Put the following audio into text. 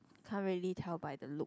can't really tell by the looks